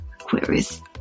queries